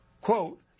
quote